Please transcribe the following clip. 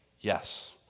Yes